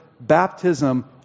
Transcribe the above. baptism